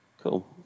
Cool